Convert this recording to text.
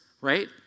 right